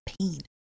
pain